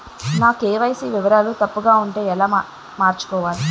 నా కే.వై.సీ వివరాలు తప్పుగా ఉంటే ఎలా మార్చుకోవాలి?